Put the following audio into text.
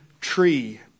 tree